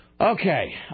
Okay